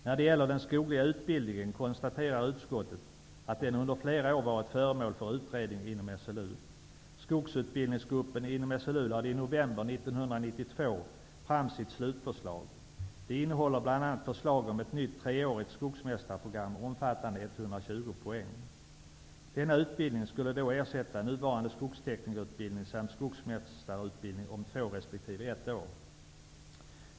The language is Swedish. När det gäller den skogliga utbildningen konstaterar utskottet att den under flera år varit föremål för utredning inom SLU. Skogsutbildningsgruppen inom SLU lade i november 1992 fram sitt slutförslag. Det innehåller bl.a. förslag om ett nytt treårigt skogsmästarprogram omfattande 120 poäng. Denna utbildning skulle då ersätta nuvarande skogsteknikerutbildning samt skogsmästarutbildning om två resp. ett år.